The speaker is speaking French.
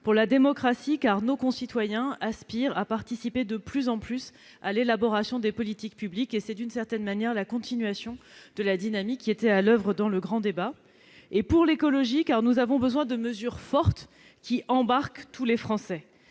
Pour la démocratie, d'abord, parce que nos concitoyens aspirent à participer de plus en plus à l'élaboration des politiques publiques. C'est, d'une certaine manière, la continuation de la dynamique à l'oeuvre dans le grand débat national. Pour l'écologie, ensuite, parce que nous avons besoin de mesures fortes, qui embarquent tous les Français.